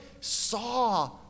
saw